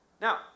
Now